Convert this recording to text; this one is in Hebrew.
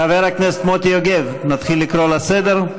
חבר הכנסת מוטי יוגב, נתחיל לקרוא לסדר?